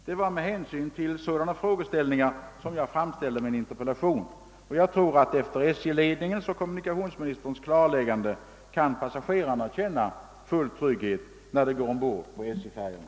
Det var med hänsyn till sådana frågeställningar som jag framställde min interpellation. Efter SJ-ledningens och kommunikationsministerns klarläggande tror jag att passagerarna kan känna full trygghet när de går ombord på SJ-färjorna.